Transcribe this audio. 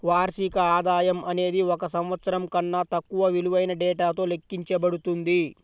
వార్షిక ఆదాయం అనేది ఒక సంవత్సరం కన్నా తక్కువ విలువైన డేటాతో లెక్కించబడుతుంది